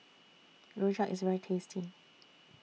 Rojak IS very tasty